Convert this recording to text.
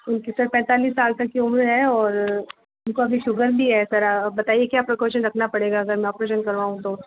okay sir पैंतालिस साल तक की उम्र है और उनको अभी शुगर भी है सर अब बताइए क्या प्रीकोशन रखना पड़ेगा अगर मैं ओपरेशन करवाऊं तो